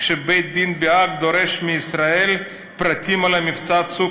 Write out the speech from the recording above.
כשבית-הדין בהאג דורש מישראל פרטים על מבצע "צוק